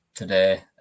today